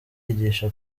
yigisha